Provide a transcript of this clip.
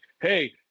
hey